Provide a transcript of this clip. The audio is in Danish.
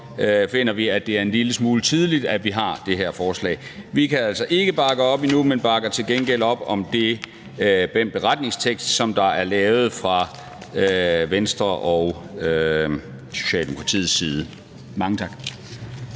finder vi, at det er en lille smule tidligt, at vi har det her forslag. Vi kan altså ikke bakke op endnu, men bakker til gengæld op om den tekst til en beretning, der er lavet fra Venstre og Socialdemokratiets side. Mange tak.